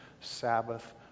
Sabbath